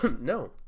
No